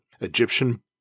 Egyptian